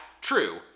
true